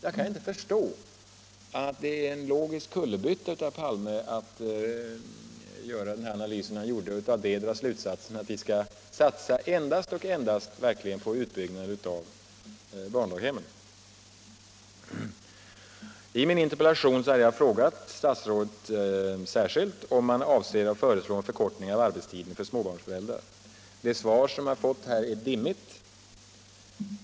Jag kan inte förstå annat än att det är en logisk kullerbytta av herr Palme att göra denna analys och sedan därav dra slutsatsen att vi endast skall satsa på utbyggnad av barndaghemmen. I min interpellation har jag särskilt frågat statsrådet om man avser att föreslå en förkortning av arbetstiden för småbarnsföräldrar. Svaret på den punkten är dimmigt.